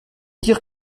dire